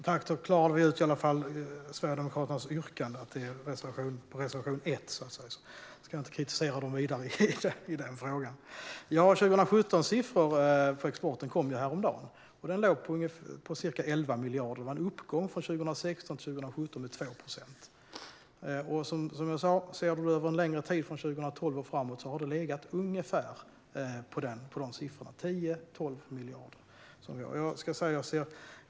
Herr talman! Då klarade vi i alla fall ut Sverigedemokraternas yrkande, att det handlar om reservation 1. Jag ska inte kritisera dem vidare i den frågan. Siffran för exporten 2017 kom ju häromdagen. Den låg på ca 11 miljarder, och det var en uppgång från 2016 till 2017 med 2 procent. Som jag sa att ser vi från 2012 och framåt har exporten legat på 10-12 miljarder.